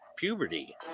puberty